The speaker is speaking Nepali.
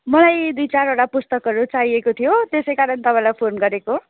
मलाई दुई चारवटा पुस्तकहरू चाहिएको थियो त्यसै कारण तपाईँलाई फोन गरेको